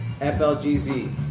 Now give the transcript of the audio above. flgz